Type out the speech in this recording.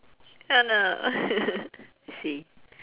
oh no I see